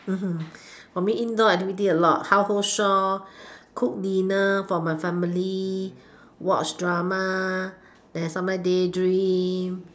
mmhmm for me indoor activity a lot household chores cook dinner for my family watch drama then sometimes daydream